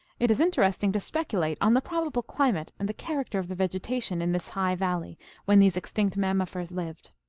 it is interesting to speculate on the probable climate and the character of the vegetation in this high valley when these extinct mammifers lived.